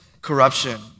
corruption